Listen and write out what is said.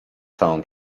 całą